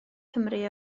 cymru